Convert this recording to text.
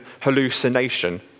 hallucination